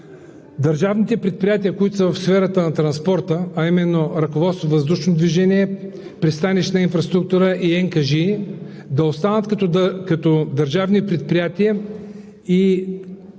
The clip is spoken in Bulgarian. държавните предприятия, които са в сферата на транспорта, а именно „Ръководство въздушно движение“, „Пристанищна инфраструктура“ и НКЖИ да останат като държавни предприятия и да